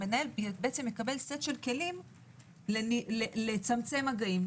המנהל מקבל סט של כלים לצמצם מגעים.